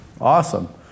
Awesome